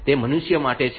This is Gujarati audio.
તે મનુષ્ય માટે છે